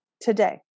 today